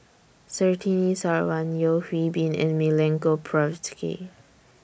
Surtini Sarwan Yeo Hwee Bin and Milenko Prvacki